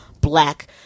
black